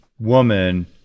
woman